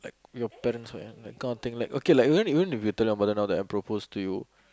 your parents were young that kind of thing like okay like even even if you tell your mother now that I propose to you